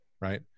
right